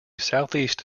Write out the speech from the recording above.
southeast